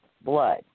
Blood